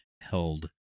held